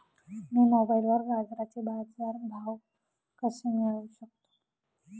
मी मोबाईलवर गाजराचे बाजार भाव कसे मिळवू शकतो?